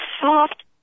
soft